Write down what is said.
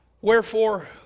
Wherefore